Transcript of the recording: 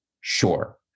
Sure